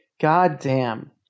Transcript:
goddamn